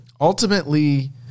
Ultimately